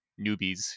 newbies